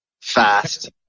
fast